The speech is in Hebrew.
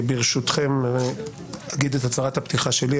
ברשותכם אני אגיד את הצהרת הפתיחה שלי,